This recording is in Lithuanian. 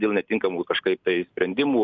dėl netinkamų kažkaip tai sprendimų